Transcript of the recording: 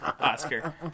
Oscar